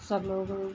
सब लोग